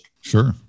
Sure